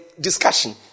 discussion